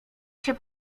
się